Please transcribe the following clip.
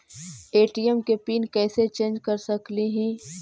ATM के pin कैसे change कर सकली ही?